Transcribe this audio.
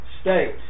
states